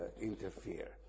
interfere